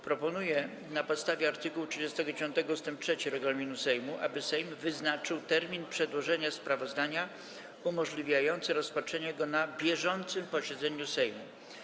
Proponuję na podstawie art. 39 ust. 3 regulaminu Sejmu, aby Sejm wyznaczył termin przedłożenia sprawozdania umożliwiający rozpatrzenie go na bieżącym posiedzeniu Sejmu.